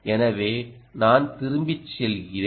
எனவே நான் திரும்பிச் செல்கறேன்